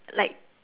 like